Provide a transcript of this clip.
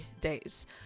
days